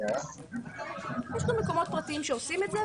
יש גם מקומות פרטיים שעושים את זה,